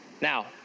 Now